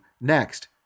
next